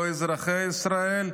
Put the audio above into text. לא אזרחי ישראל,